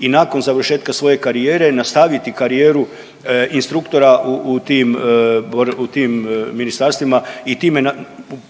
i nakon završetka svoje karijere nastaviti karijeru instruktora u tim, u tim ministarstvima i time